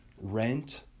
rent